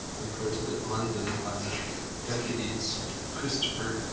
imprinted at london by the deputies of christopher